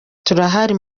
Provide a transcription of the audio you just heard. turahari